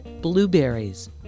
Blueberries